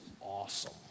awesome